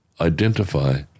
identify